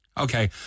okay